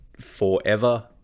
forever